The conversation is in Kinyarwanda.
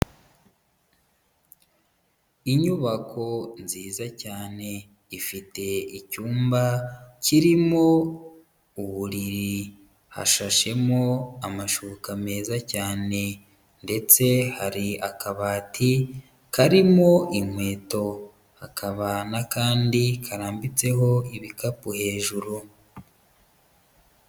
Inyubako nziza cyane ifite icyumba kirimo uburiri, hashashemo amashuka meza cyane ndetse hari akabati karimo inkweto hakaba n'akandi karambitseho ibikapu hejuru.